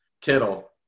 Kittle